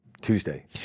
Tuesday